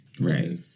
Right